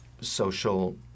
social